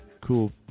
cool